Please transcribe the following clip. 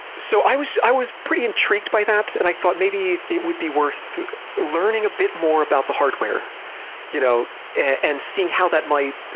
so, i was i was pretty intrigued by that and i thought it would be worth learning a bit more about the hardware you know and seeing how that might